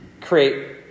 create